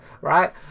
right